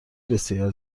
بسیار